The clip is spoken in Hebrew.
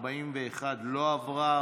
הסתייגות 41 לא עברה.